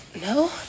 No